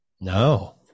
No